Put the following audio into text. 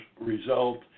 result